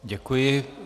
Děkuji.